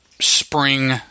spring